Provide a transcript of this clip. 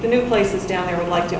the new places down there like